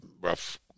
rough